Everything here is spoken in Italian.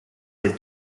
del